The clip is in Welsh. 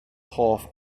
hoff